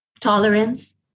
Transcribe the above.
tolerance